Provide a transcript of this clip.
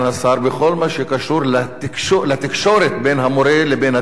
בכל מה שקשור לתקשורת בין המורה לבין התלמיד,